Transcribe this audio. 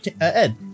Ed